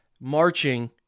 marching